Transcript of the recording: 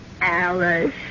Alice